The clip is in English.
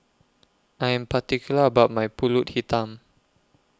I Am particular about My Pulut Hitam